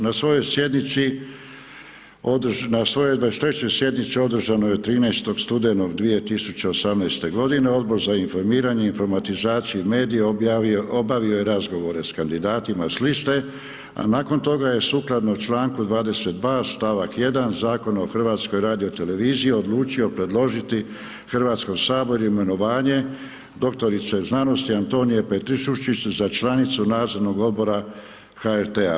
Na svojoj sjednici, na svojoj 23. sjednici održanoj 13. studenog 2018. g. Odbor za informiranje, informatizaciju i medije obavio je razgovore sa kandidatima s liste, a nakon toga je sukladno članku 22. stavak 1 Zakona o HRT-a odlučio predložiti Hrvatskom saboru imenovanje doktorice znanosti Antonije Petričušić za članicu Nadzornog odbora HRT-a.